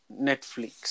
Netflix